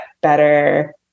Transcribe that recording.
better